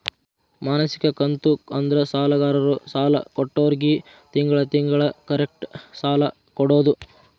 ಮಾಸಿಕ ಕಂತು ಅಂದ್ರ ಸಾಲಗಾರರು ಸಾಲ ಕೊಟ್ಟೋರ್ಗಿ ತಿಂಗಳ ತಿಂಗಳ ಕರೆಕ್ಟ್ ಸಾಲ ಕೊಡೋದ್